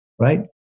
Right